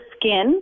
skin